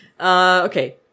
Okay